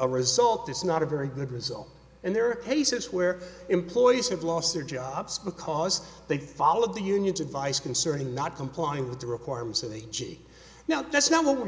a result it's not a very good result and there are cases where employees have lost their jobs because they followed the unions advice concerning not complying with the requirements of the gee now that's not what we're